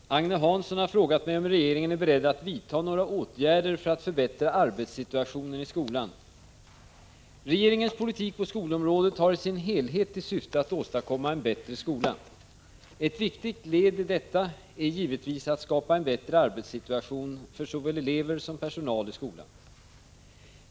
Herr talman! Agne Hansson har frågat mig om regeringen är beredd att vidta några åtgärder för att förbättra arbetssituationen i skolan. Regeringens politik på skolområdet har i sin helhet till syfte att åstadkomma en bättre skola. Ett viktigt led i detta är givetvis att skapa en bättre arbetssituation för såväl eleverna som personalen i skolan.